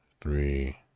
three